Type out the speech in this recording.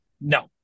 no